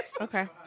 Okay